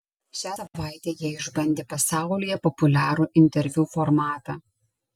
šią savaitę jie išbandė pasaulyje populiarų interviu formatą